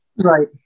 Right